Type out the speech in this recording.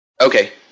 Okay